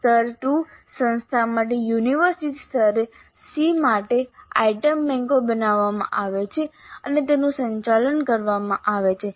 સ્તર 2 સંસ્થા માટે યુનિવર્સિટી સ્તરે SEE માટે આઇટમ બેન્કો બનાવવામાં આવે છે અને તેનું સંચાલન કરવામાં આવે છે